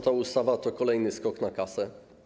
Ta ustawa to kolejny skok na kasę.